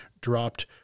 dropped